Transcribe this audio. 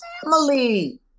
family